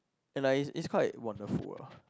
and like it's it's quite wonderful lah